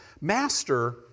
Master